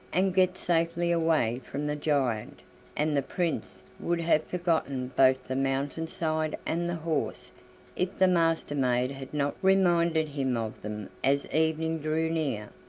and get safely away from the giant and the prince would have forgotten both the mountain-side and the horse if the master-maid had not reminded him of them as evening drew near,